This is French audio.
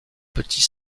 petit